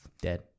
dead